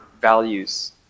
values